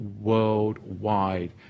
worldwide